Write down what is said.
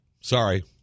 Sorry